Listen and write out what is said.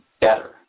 better